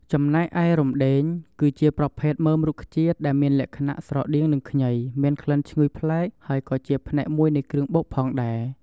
ចំណែកឯរំដេង គឺជាប្រភេទមើមរុក្ខជាតិដែលមានលក្ខណៈស្រដៀងនឹងខ្ញី មានក្លិនឈ្ងុយប្លែកហើយក៏ជាផ្នែកមួយនៃគ្រឿងបុកផងដែរ។